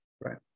right